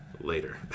later